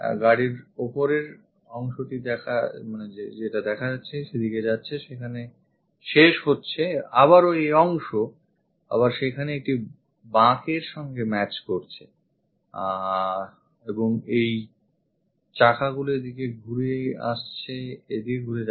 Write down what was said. গাড়ির ওপরের অংশটি সেদিকে যাচ্ছে সেখানে শেষ হচ্ছে আবারও এই অংশ আবার সেখানে একটি বাঁকের সঙ্গে match করছে এবং এই চাকাগুলি এদিকে ঘুরে যাচ্ছে